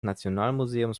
nationalmuseums